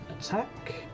attack